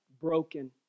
broken